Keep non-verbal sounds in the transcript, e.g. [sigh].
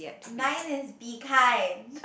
nine is be kind [laughs]